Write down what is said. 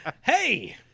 Hey